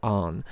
on